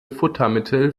futtermittel